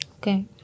Okay